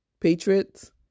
Patriots